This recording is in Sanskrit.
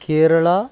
केरळा